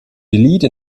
delete